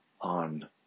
on